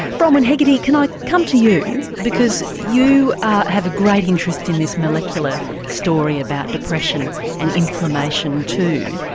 bronwyn hegarty can i come to you, because you have a great interest in this molecular story about depression and inflammation too.